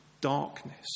darkness